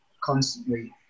constantly